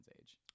age